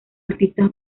artista